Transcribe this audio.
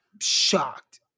shocked